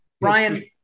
Brian